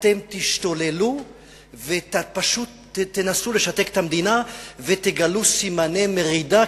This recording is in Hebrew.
אתם תשתוללו ופשוט תנסו לשתק את המדינה ותגלו סימני מרידה,